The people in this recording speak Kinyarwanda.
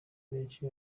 benshi